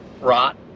rot